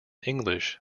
english